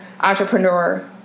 entrepreneur